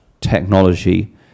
technology